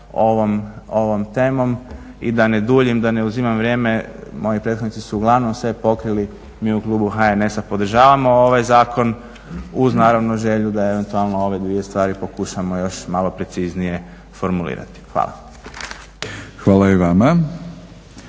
Hvala i vama.